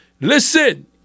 listen